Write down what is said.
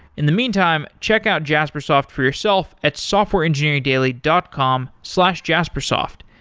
in the meantime, check out jaspersoft for yourself at softwareengineeringdaily dot com slash jaspersoft.